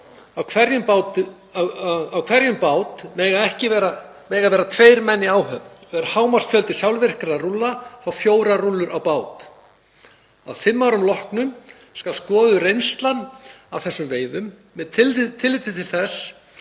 Á hverjum bát mega vera tveir menn í áhöfn og er hámarksfjöldi sjálfvirkra rúlla þá fjórar rúllur á bát. Að fimm árum loknum skal skoðuð reynslan af þessum veiðum með tilliti til þess